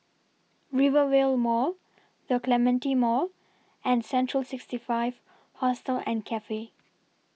Rivervale Mall The Clementi Mall and Central sixty five Hostel and Cafe